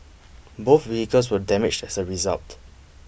both vehicles were damaged as a result